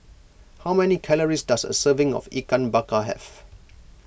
how many calories does a serving of Ikan Bakar have